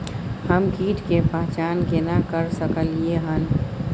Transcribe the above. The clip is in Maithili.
हम कीट के पहचान केना कर सकलियै हन?